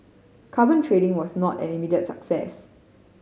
carbon trading was not an immediate success